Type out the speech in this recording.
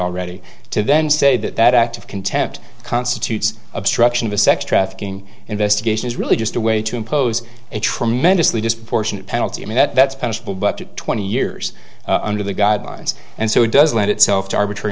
already to then say that that act of contempt constitutes obstruction of a sex trafficking investigation is really just a way to impose a tremendously disproportionate penalty i mean that that's punishable by up to twenty years under the guidelines and so it does lend itself to arbitrary